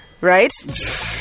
Right